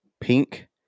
pink